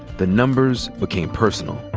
the numbers became personal.